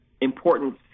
important